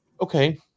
okay